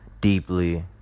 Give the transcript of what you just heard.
deeply